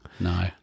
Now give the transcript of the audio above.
No